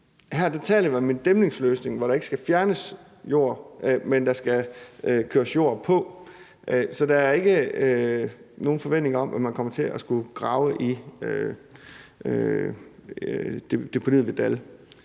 det her. Her taler vi om en dæmningsløsning, hvor der ikke skal fjernes jord, men der skal køres jord på. Så der er ikke nogen forventning om, at man kommer til at skulle grave i deponiet ved Dall.